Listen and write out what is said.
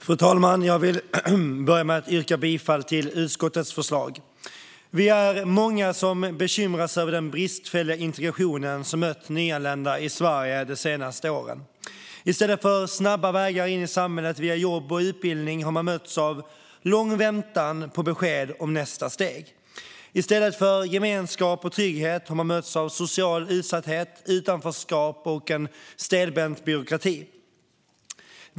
Fru talman! Jag yrkar bifall till utskottets förslag. Vi är många som bekymrar oss över den bristfälliga integrationen för nyanlända i Sverige de senaste åren. I stället för snabba vägar in i samhället via jobb och utbildning har de mötts av lång väntan på besked om nästa steg. I stället för gemenskap och trygghet har de mötts av social utsatthet, utanförskap och stelbent byråkrati.